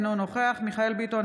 אינו נוכח מיכאל מרדכי ביטון,